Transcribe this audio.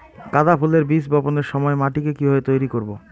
গাদা ফুলের বীজ বপনের সময় মাটিকে কিভাবে তৈরি করব?